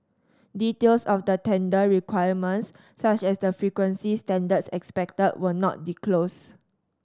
details of the tender requirements such as the frequency standards expected were not disclosed